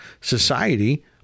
society